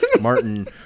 Martin